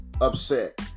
upset